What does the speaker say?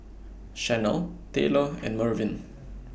Shanell Taylor and Mervyn